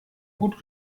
gut